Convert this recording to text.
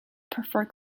prefer